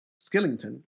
Skillington